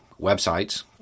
websites